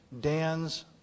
Dan's